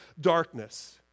darkness